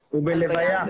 בלוויה.